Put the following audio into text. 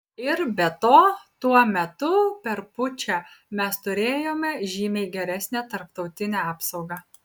ir be to tuo metu per pučą mes turėjome žymiai geresnę tarptautinę apsaugą